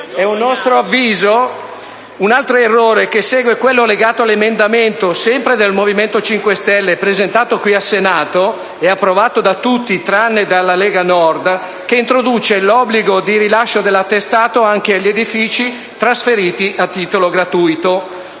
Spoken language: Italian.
È a nostro avviso un altro errore, che segue quello legato all'emendamento, sempre del Movimento 5 Stelle, presentato qui al Senato e approvato da tutti (tranne che dalla Lega Nord), che introduce l'obbligo di rilascio dell'attestato anche agli edifici trasferiti a titolo gratuito.